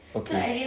okay